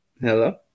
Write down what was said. Hello